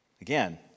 again